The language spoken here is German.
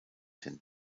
hin